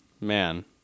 man